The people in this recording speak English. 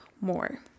more